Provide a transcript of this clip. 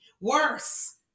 Worse